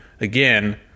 again